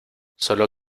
sólo